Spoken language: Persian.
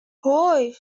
هوووی